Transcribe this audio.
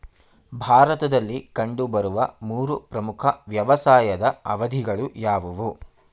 ಭಾರತದಲ್ಲಿ ಕಂಡುಬರುವ ಮೂರು ಪ್ರಮುಖ ವ್ಯವಸಾಯದ ಅವಧಿಗಳು ಯಾವುವು?